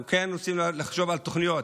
אנחנו כן רוצים לחשוב על תוכניות.